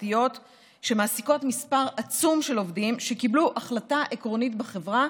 פרטיות שמעסיקות מספר עצום של עובדים שקיבלו החלטה עקרונית בחברה: